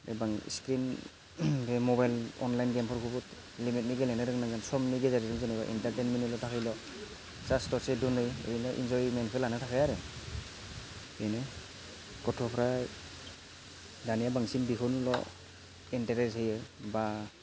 एबा स्क्रिन बे mobile online गेमफोरखौबो लिमिटयै गेलेनो रोंनांगोन समनि गेजेरजों जेनेबा एन्टारटेनमेन्टनि थाखायल' जास्ट फर एन्जयनमेन्टखो लानो थाखाय आरो बेनो गथ'फ्रा दानिया बांसिन बेखौनोल' इन्ट्रेस्ट होयोब्ला